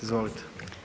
Izvolite.